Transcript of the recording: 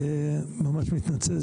אני ממש מתנצל.